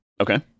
Okay